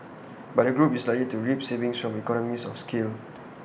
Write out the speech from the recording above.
but the group is likely to reap savings from economies of scale